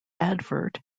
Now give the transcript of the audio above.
advert